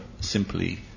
simply